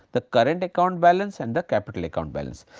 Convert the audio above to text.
the current account balance and the capital account balance.